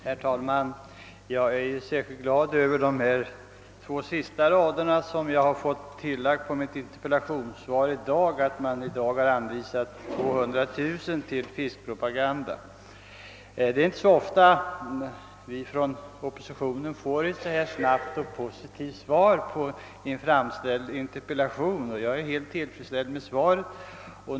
Herr talman! Jag är glad över det tilllägg till interpellationssvaret som gjorts i dag och som ger besked om att 200 000 kronor i konseljen anvisats för fiskpropaganda. Det är inte ofta vi inom oppositionen får ett så snabbt och posi tivt svar på en interpellation, och jag är helt tillfredsställd.